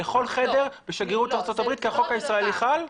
לכל חדר בשגרירות ארצות הברית כי החוק הישראלי חל?